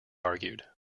argued